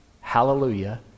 hallelujah